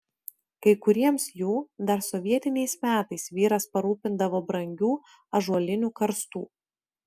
kai kuriems jų dar sovietiniais metais vyras parūpindavo brangių ąžuolinių karstų